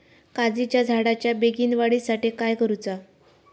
काजीच्या झाडाच्या बेगीन वाढी साठी काय करूचा?